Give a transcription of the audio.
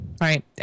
right